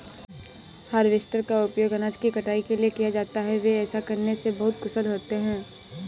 harvester का उपयोग अनाज की कटाई के लिए किया जाता है, वे ऐसा करने में बहुत कुशल होते हैं